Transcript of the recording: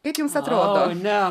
kaip jums atrodo